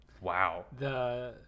Wow